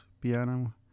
Piano